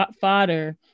fodder